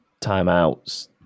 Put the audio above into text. timeouts